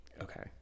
Okay